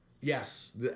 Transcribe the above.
Yes